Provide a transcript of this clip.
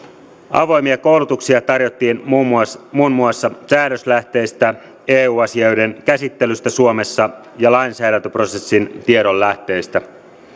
avoimia koulutuksia tarjottiin muun muassa muun muassa säädöslähteistä eu asioiden käsittelystä suomessa ja lainsäädäntöprosessin tiedonlähteistä